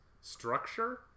structure